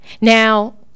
Now